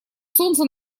солнце